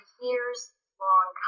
years-long